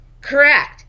Correct